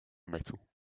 metal